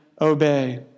obey